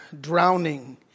drowning